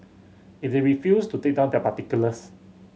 if they refuse to take down their particulars